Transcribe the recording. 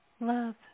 love